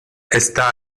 está